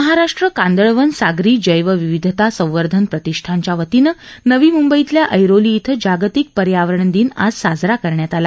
महाराष्ट्र कांदळवन सागरी जैवविविधता संवर्धन प्रतिष्ठानच्या वतीनं नवी मुंबईतल्या ऐरोली धिं जागतिक पर्यावरण दिन आज साजरा करण्यात आला